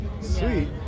Sweet